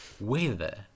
Weather